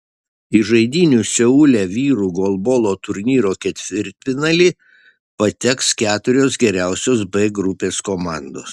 į žaidynių seule vyrų golbolo turnyro ketvirtfinalį pateks keturios geriausios b grupės komandos